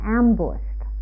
ambushed